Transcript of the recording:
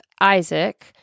Isaac